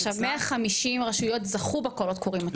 עכשיו 150 רשויות זכו בקולות קוראים.